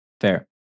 Fair